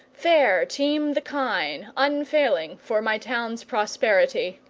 fair teem the kine, unfailing, for my town's prosperity,